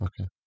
Okay